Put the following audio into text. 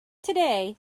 today